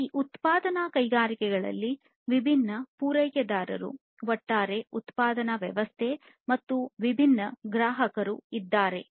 ಈ ಉತ್ಪಾದನಾ ಕೈಗಾರಿಕೆಗಳಲ್ಲಿ ವಿಭಿನ್ನ ಪೂರೈಕೆದಾರರು ಒಟ್ಟಾರೆ ಉತ್ಪಾದನಾ ವ್ಯವಸ್ಥೆ ಮತ್ತು ವಿಭಿನ್ನ ಗ್ರಾಹಕರು ಇದ್ದಾರೆ